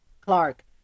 Clark